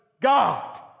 God